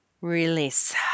Release